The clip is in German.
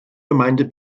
gemeinde